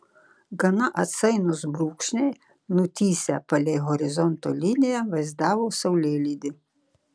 gana atsainūs brūkšniai nutįsę palei horizonto liniją vaizdavo saulėlydį